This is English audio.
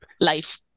life